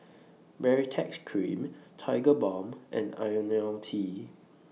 Baritex Cream Tigerbalm and Ionil T